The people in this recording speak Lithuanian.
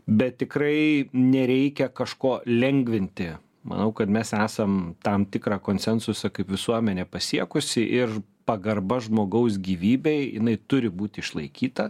bet tikrai nereikia kažko lengvinti manau kad mes esam tam tikrą konsensusą kaip visuomenė pasiekusi ir pagarba žmogaus gyvybei jinai turi būti išlaikyta